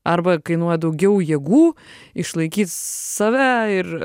arba kainuoja daugiau jėgų išlaikyt save ir